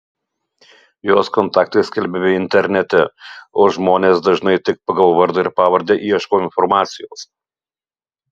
jos kontaktai skelbiami internete o žmonės dažnai tik pagal vardą ir pavardę ieško informacijos